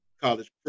college